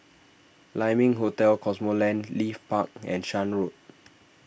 Lai Ming Hotel Cosmoland Leith Park and Shan Road